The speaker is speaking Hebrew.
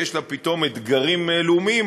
שיש לה פתאום אתגרים לאומיים,